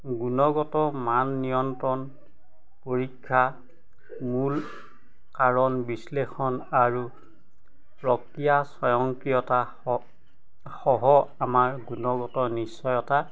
গুণগত মান নিয়ন্ত্ৰণ পৰীক্ষা মূল কাৰণ বিশ্লেষণ আৰু প্ৰক্ৰিয়া স্বয়ংক্ৰিয়তা সহ আমাৰ গুণগত নিশ্চয়তা